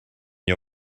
you